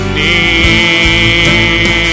need